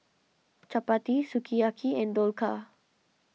Chapati Sukiyaki and Dhokla